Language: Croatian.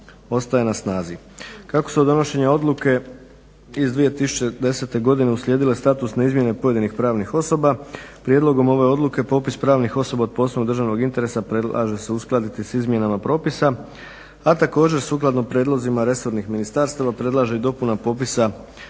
Kako su donošenjem odluke iz 2010. godine uslijedile statusne izmjene pojedinih pravnih osoba prijedlogom ove odluke popis pravnih osoba od posebnog državnog interesa predlaže se uskladiti sa izmjenama propisa, a također sukladno prijedlozima resornih ministarstava predlaže i dopuna popisa